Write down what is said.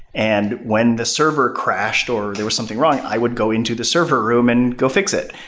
and when the server crashed or there was something wrong, i would go into the server room and go fix it.